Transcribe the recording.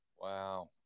Wow